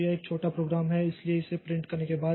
तो यह एक छोटा प्रोग्राम है इसलिए इसे प्रिंट करने के बाद